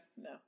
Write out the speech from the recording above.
no